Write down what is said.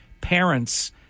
parents